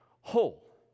whole